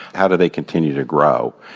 how do they continue to grow?